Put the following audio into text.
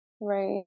Right